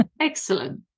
Excellent